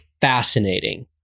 fascinating